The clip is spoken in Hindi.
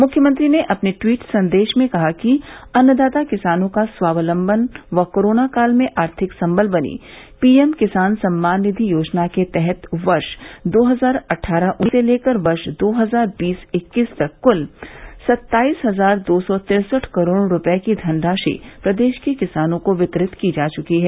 मुख्यमंत्री ने अपने ट्वीट संदेश में कहा कि अन्नदाता किसानों का स्वावलम्बन व कोरोना काल में आर्थिक संबल बनी पीएम किसान सम्मान निषि योजना के तहत वर्ष दो हजार अट्टारह उन्नीस से लेकर वर्ष दो हजार बीस इक्कीस तक कुल सत्ताईस हजार दो सौ तिरसठ करोड़ रूपये की धनराशि प्रदेश के किसानों को वितरित की जा चुकी है